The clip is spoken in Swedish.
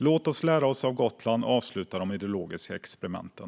Låt oss lära av Gotland och avsluta de ideologiska experimenten.